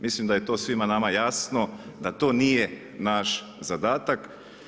Mislim da je to svima nama jasno, da to nije naš zadatak.